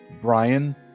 Brian